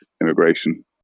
immigration